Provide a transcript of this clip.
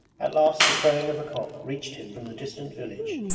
at last the crowing of a cock reached him from the distant village,